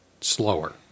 slower